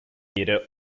jede